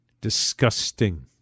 Disgusting